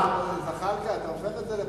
הכנסת זחאלקה, אתה הופך את זה לפרסונלי,